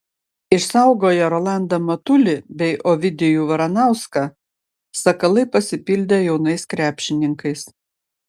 išsaugoję rolandą matulį bei ovidijų varanauską sakalai pasipildė jaunais krepšininkais